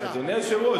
אדוני היושב-ראש,